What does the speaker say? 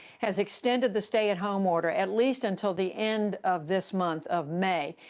has extended the stay-at-home order at least until the end of this month of may.